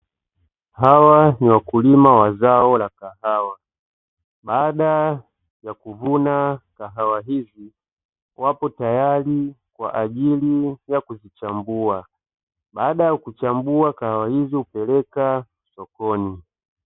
Hawa ni wakulima wa zao la kawaha. Baada ya kuvuna kawaha hizi wapo tayari kwa ajili ya kuzichambua. Baada ya kuchambua kahawa hizo hupeleka sokoni.